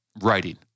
writing